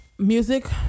Music